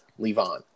Levon